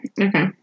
Okay